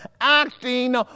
acting